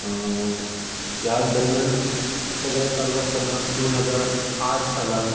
ह्या दरम्यान सगळें चालू आसतना दोन हजार आठ सालांत